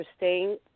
interesting